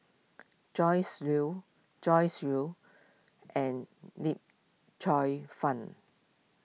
Joyce Jue Joyce Jue and Yip Cheong Fun